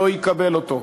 לא יקבל אותו.